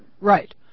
Right